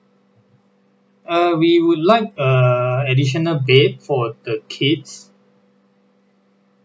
uh we would like a additional bed for the kids